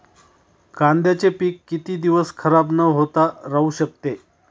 कांद्याचे पीक किती दिवस खराब न होता राहू शकते?